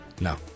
No